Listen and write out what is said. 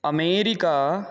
America